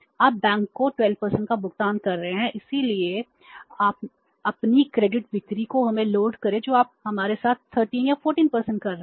आप बैंक को 12 का भुगतान कर रहे हैं इसलिए अपनी क्रेडिट बिक्री को हमें लोड करें जो आप हमारे साथ 13 या 14 कर रहे हैं